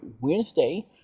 Wednesday